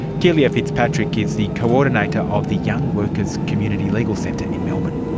keelia fitzpatrick is the coordinator of the young workers community legal centre in melbourne.